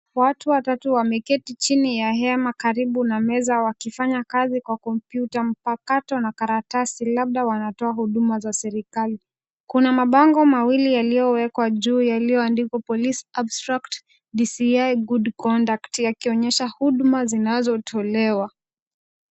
Watu watatu wameketi chini ya hema karibu na meza wakifanya kazi kwa kompyuta mpakato na karatasi, labda wanatoa huduma za serikali. Kuna mabango mawili yaliyowekwa juu yaliyoandikwa police abstract, DCI good conduct yakionyesha huduma zinazotolewa.